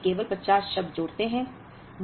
अब हम पहले केवल 50 शब्द जोड़ते हैं